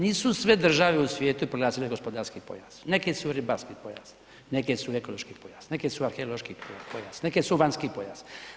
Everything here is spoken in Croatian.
Nisu sve države u svijetu proglasile gospodarski pojas, neke su ribarski pojas, neke su ekološki pojas, neke su arheološki pojas, neke su vanjski pojas.